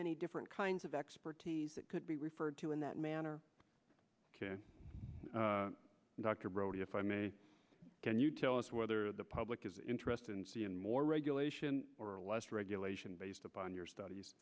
many different kinds of expertise that could be referred to in that manner dr brody if i may can you tell us whether the public is interested in seeing more regulation or less regulation based upon your studies